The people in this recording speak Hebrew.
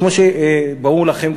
כמו שברור לכם,